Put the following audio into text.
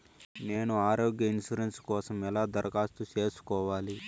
నేను ఆరోగ్య ఇన్సూరెన్సు కోసం ఎలా దరఖాస్తు సేసుకోవాలి